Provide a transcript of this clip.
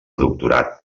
doctorat